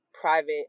private